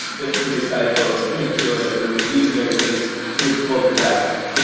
just to recycle and make sure that we're using everything to its full capacity.